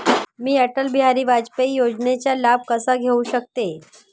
मी अटल बिहारी वाजपेयी योजनेचा लाभ कसा घेऊ शकते?